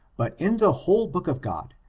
but in the whole book of god,